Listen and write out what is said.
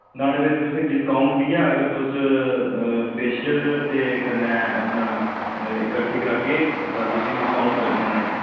नुहाड़े बिच तुसें डिस्काऊंट बी है अगर तुस फेशिअल ते कन्नै अपना किट्ठी करागे तां तुसे डिस्काऊंट बी लब्भी जाना नुहाड़े च